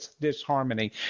disharmony